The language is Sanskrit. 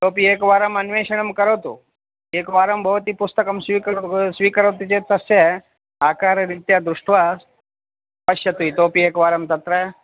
इतोपि एकवारम् अन्वेषणं करोतु एकवारं भवती पुस्तकं स्वीकरोतु स्वीकरोति चेत् तस्य आकाररीत्या दृष्ट्वा पश्यतु इतोपि एकवारं तत्र